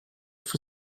for